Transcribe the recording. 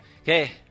Okay